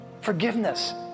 Forgiveness